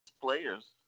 players